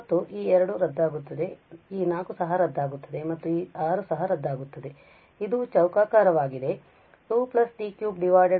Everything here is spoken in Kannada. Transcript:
ಮತ್ತು ಈ 2 ರದ್ದಾಗುತ್ತದೆ ಈ 4 ಸಹ ರದ್ದಾಗುತ್ತದೆ ಮತ್ತು ಈ 6 ಸಹ ರದ್ದಾಗುತ್ತದೆ ಇದು ಚೌಕಾಕಾರವಾಗಿದೆ